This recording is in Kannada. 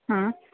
ಹಾಂ